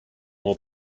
more